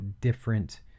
different